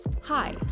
Hi